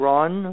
Run